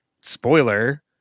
Spoiler